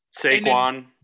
Saquon